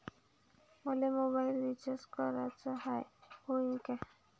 मले mobile recharge कराचा हाय, होईनं का?